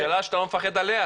השאלה אם אתה לא מפחד עליה,